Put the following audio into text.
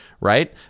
right